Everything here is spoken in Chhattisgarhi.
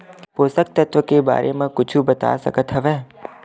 पोषक तत्व के बारे मा कुछु बता सकत हवय?